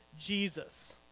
Jesus